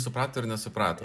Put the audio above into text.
suprato ir nesuprato